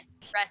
rest